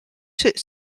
should